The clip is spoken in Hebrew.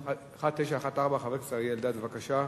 1914, חבר הכנסת אריה אלדד, בבקשה.